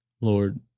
lord